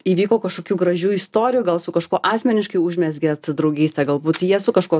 įvyko kažkokių gražių istorijų gal su kažkuo asmeniškai užmezgėt draugystę galbūt jie su kažkuo